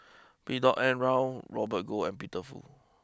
B N Rao Robert Goh and Peter Fu